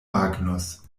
magnus